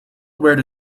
where